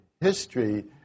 history